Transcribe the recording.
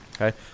Okay